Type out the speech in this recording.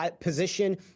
position